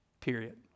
period